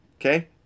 okay